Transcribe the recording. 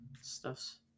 stuffs